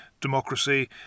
democracy